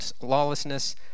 lawlessness